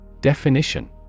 Definition